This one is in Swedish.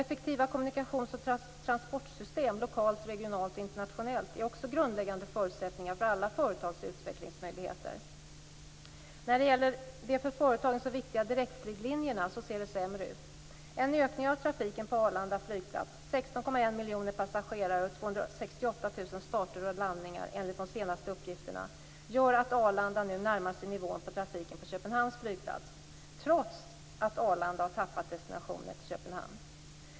Effektiva kommunikations och transportsystem lokalt, regionalt och internationellt är grundläggande förutsättningar för alla företags utvecklingsmöjligheter. När det gäller de för företagen så viktiga direktflyglinjerna ser det sämre ut. En ökning av trafiken på 268 000 starter och landningar, enligt de senaste uppgifterna - gör att Arlanda nu närmar sig samma nivå på trafiken som gäller för Köpenhamns flygplats, trots att Arlanda har tappat destinationer till Köpenhamn.